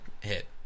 hit